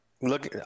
look